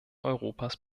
europas